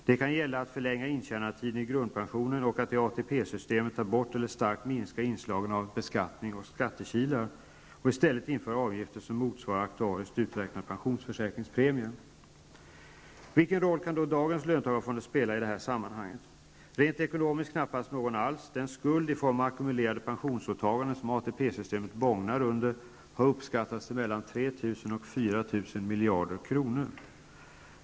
Det kan gälla att förlänga intjänandetiden i grundpensionen och att i ATP-systemet ta bort eller starkt minska inslagen av beskattning och skattekilar och i stället införa avgifter som motsvarar aktuariskt uträknade pensionsförsäkringspremier. Vilken roll kan dagens löntagarfonder spela i sammanhanget? Rent ekonomiskt knappast någon alls. Den skuld i form av ackumulerade pensionsåtaganden som ATP-systemet bågnar under har uppskattats till mellan 3 000 och 4 000 miljarder kronor.